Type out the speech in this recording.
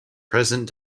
present